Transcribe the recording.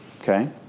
Okay